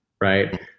Right